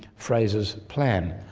fraser's plan.